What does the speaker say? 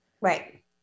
Right